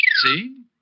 See